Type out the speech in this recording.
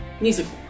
musical